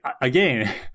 again